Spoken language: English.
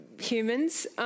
humans